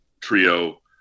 trio